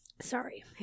Sorry